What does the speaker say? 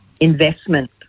investment